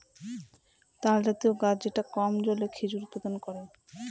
তালজাতীয় গাছ যেটা কম জলে খেজুর উৎপাদন করে